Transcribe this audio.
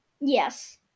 Yes